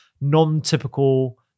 non-typical